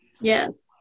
Yes